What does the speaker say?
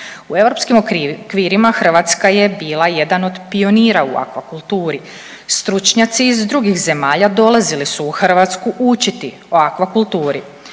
U europskim okvirima Hrvatska je bila je jedan od pionira u aquakulturi. Stručnjaci iz drugih zemalja dolazili su u Hrvatsku učiti o aquakulturi.